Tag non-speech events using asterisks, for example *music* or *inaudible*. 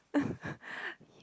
*laughs*